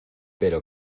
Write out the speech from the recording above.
pero